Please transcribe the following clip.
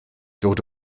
dod